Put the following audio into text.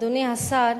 אדוני השר,